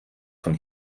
von